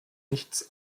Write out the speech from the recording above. nichts